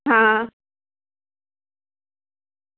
હા